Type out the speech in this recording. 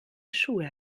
schuhe